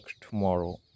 tomorrow